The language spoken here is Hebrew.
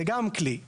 זה גם כלי.